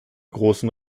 grossen